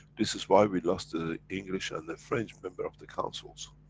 this is why we lost the english and the french member of the council's,